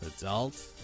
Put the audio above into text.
Adult